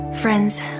Friends